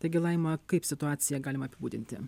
taigi laima kaip situaciją galima apibūdinti